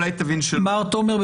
אולי תבין --- מר תומר,